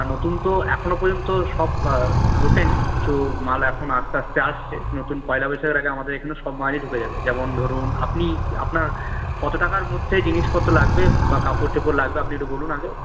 নতুন তো এখনো পর্যন্ত সব ঢোকেনি কিছু মাল এখন আস্তে আস্তে আসছে নতুন পয়লা বৈশাখের আগে আমাদের এখানে সব মালই ঢুকে যাবে যেমন ধরুন আপনি আপনার কত টাকার মধ্যে জিনিসপত্র লাগবে বা কাপড় চোপড় লাগবে আপনি একটু বলুন আগে